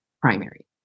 primary